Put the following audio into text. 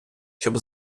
щоб